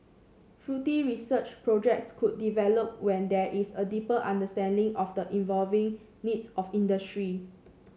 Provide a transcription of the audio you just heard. fruity research projects could develop when there is a deeper understanding of the evolving needs of industry